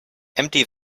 empty